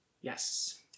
Yes